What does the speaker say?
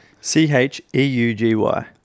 C-H-E-U-G-Y